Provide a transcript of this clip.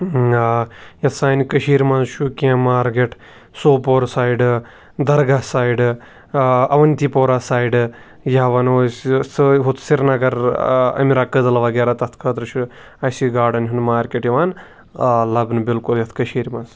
یَتھ سانہِ کٔشیٖر مَنٛز چھُ کینٛہہ مارکٮ۪ٹ سوپور سایڈٕ دَرگاہ سایڈٕ اَوَنتی پورہ سایڈٕ یا وَنو أسۍ ہُتھ سرینَگر امرا کدل وَغیرہ تَتھ خٲطرٕ چھُ اَسہِ گاڈَن ہُنٛد مارکٮ۪ٹ یِوان لَبنہٕ بِلکُل یَتھ کٔشیٖر مَنٛز